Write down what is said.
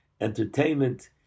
entertainment